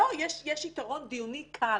יש יתרון דיוני קל.